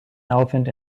elephant